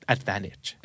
Advantage